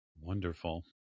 Wonderful